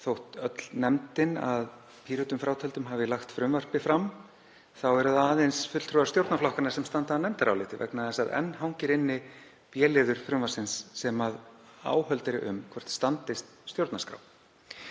þótt öll nefndin, að Pírötum frátöldum, hafi lagt frumvarpið fram þá eru það aðeins fulltrúar stjórnarflokkanna sem standa að nefndaráliti vegna þess að enn hangir inni b-liður frumvarpsins sem áhöld eru um hvort standist stjórnarskrá.